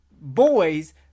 boys